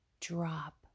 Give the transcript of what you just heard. drop